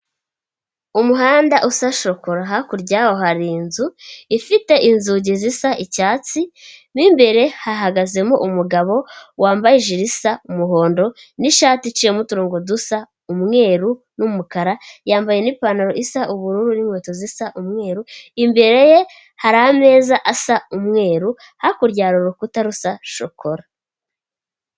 Umuhanda usa shokora hakurya hari inzu ifite inzugi zisa icyatsi n'imbere hahagazemo umugabo wambaye jilisa umuhondo ni'ishati iciyemo uturongo dusa umweru n'umukara yambaye nipantaro isa ubururu n'inkweto zisa umweru imbere ye hari ameza asa umweru hakurya hari urukuta rusa shokora.